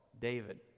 David